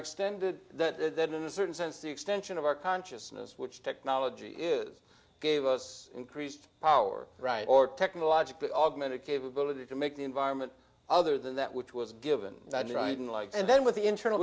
extended that then in a certain sense the extension of our consciousness which technology is gave us increased power right or technologically augmented capability to the environment other than that which was given that dryden like and then with the internal